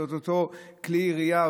את אותו כלי ירייה,